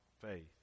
faith